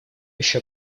еще